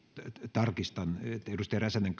tarkistan kannattiko edustaja räsänen